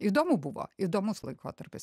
įdomu buvo įdomus laikotarpis